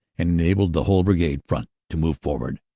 enabled the whole brigade front to move forward.